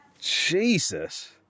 Jesus